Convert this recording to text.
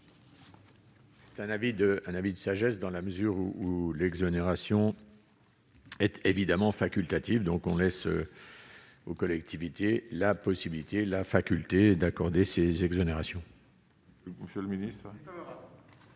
de un avis de sagesse dans la mesure où l'exonération être évidemment facultatives donc on laisse aux collectivités la possibilité, la faculté d'accorder ces exonérations.